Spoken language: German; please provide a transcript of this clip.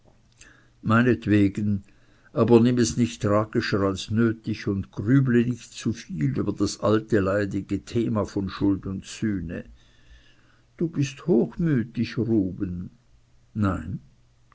meinetwegen aber nimm es nicht tragischer als nötig und grüble nicht zuviel über das alte leidige thema von schuld und sühne du bist hochmütig ruben nein